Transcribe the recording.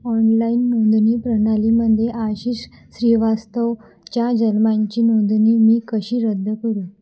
online नोंदणी प्रणालीमध्ये आशीष श्रीवास्तवच्या जन्मांची नोंदणी मी कशी रद्द करू